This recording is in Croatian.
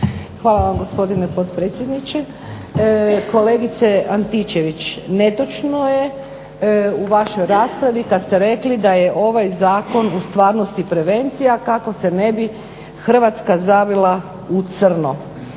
Hvala vam gospodine potpredsjedniče. Kolegice Antičević, netočno je u vašoj raspravi kad ste rekli da je ovaj Zakon u stvarnosti prevencija kako se ne bi Hrvatska zavila u crno.